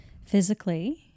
physically